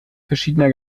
verschiedener